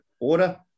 order